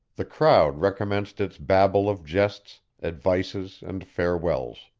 the crowd recommenced its babel of jests, advices, and farewells.